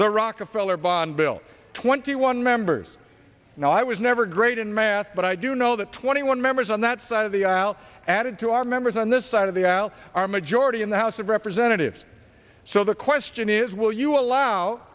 the rockefeller bond bill twenty one members and i was never great in math but i do know that twenty one members on that side of the aisle added to our members on this side of the aisle are majority in the house of representatives so the question is will you allow